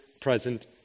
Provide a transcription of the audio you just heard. present